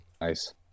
Nice